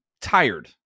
tired